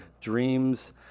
dreams